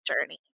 journey